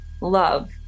love